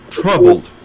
troubled